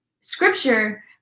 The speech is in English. scripture